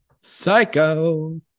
Psycho